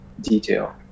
detail